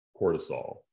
cortisol